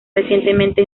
recientemente